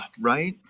right